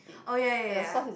oh ya ya ya ya